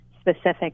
specific